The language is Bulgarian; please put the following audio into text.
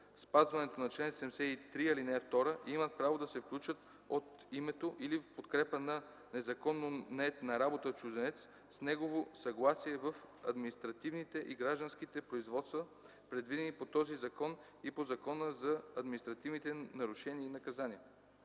спазването на чл. 73, ал. 2, имат право да се включат от името или в подкрепа на незаконно нает на работа чужденец с неговото съгласие в административните и гражданските производства, предвидени по този закон и по Закона за административните нарушения и наказания.